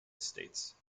estates